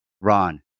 Ron